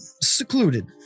secluded